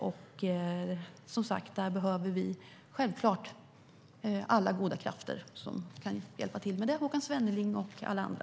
Och där behöver vi, som sagt, alla goda krafter som kan hjälpa till med det - Håkan Svenneling och alla andra.